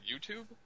YouTube